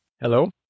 Hello